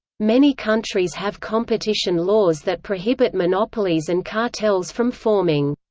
many countries have competition laws that prohibit monopolies and cartels from forming.